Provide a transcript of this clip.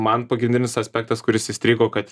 man pagrindinis aspektas kuris įstrigo kad